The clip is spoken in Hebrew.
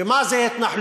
ומה זה התנחלויות?